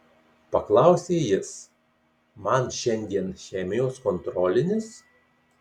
paklausė jis man šiandien chemijos kontrolinis